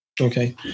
Okay